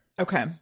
Okay